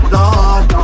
Lord